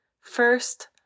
First